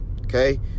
Okay